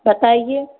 बताइए